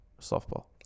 softball